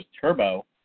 Turbo